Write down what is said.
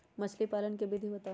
मछली पालन के विधि बताऊँ?